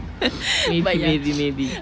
but ya